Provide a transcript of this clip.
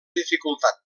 dificultat